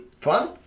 fun